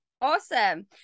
Awesome